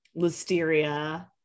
listeria